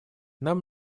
нам